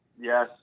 Yes